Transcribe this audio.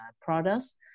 products